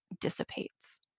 dissipates